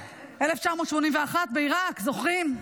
1981, בעיראק, זוכרים?